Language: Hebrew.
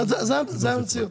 זוהי המציאות.